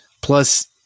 Plus